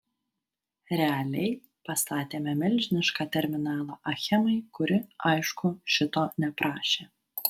realiai pastatėme milžinišką terminalą achemai kuri aišku šito neprašė